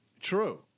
True